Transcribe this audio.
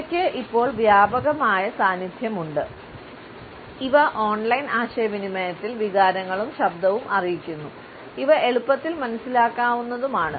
ഇവയ്ക്കു ഇപ്പോൾ വ്യാപകമായ സാന്നിധ്യമുണ്ട് ഇവ ഓൺലൈൻ ആശയവിനിമയത്തിൽ വികാരങ്ങളും ശബ്ദവും അറിയിക്കുന്നു ഇവ എളുപ്പത്തിൽ മനസ്സിലാക്കാവുന്നതുമാണ്